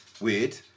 Weird